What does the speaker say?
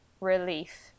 relief